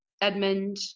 Edmund